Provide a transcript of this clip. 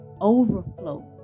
overflow